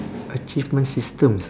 achievement systems